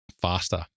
faster